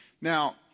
Now